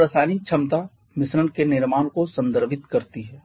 अब रासायनिक क्षमता मिश्रण के निर्माण को संदर्भित करती है